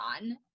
on